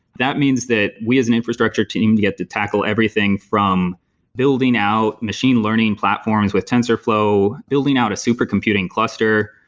that means that we as an infrastructure team get to tackle everything from building out machine learning platforms with tensorflow, building out a supercomputing cluster,